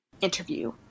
interview